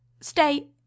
stay